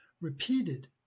repeated